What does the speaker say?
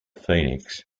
phoenix